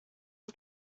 and